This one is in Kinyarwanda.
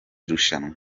rushanwa